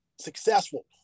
successful